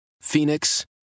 Phoenix